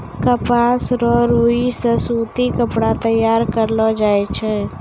कपास रो रुई से सूती कपड़ा तैयार करलो जाय छै